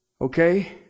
Okay